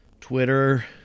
Twitter